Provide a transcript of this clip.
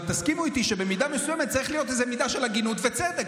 אבל תסכימו איתי שבמידה מסוימת צריכה להיות איזו מידה של הגינות וצדק.